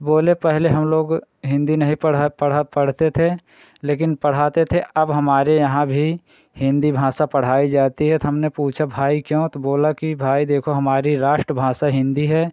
तो बोले पहले हम लोग हिन्दी नहीं पढ़ा पढ़ा पढ़ते थे लेकिन पढ़ाते थे अब हमारे यहाँ भी हिन्दी भाषा पढ़ाई जाती है तो हमने पूछा भाई क्यों तो बोला कि भाई देखो हमारी राष्ट्र भासा हिन्दी है